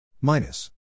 Minus